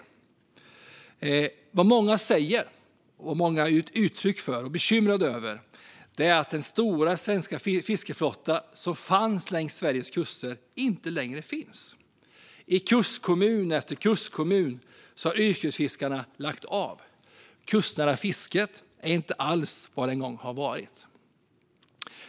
Det som många säger, ger uttryck för och är bekymrade över är att den stora svenska fiskeflotta som fanns längs Sveriges kuster inte längre finns. I kustkommun efter kustkommun har yrkesfiskarna lagt av. Det kustnära fisket är inte alls vad det en gång var.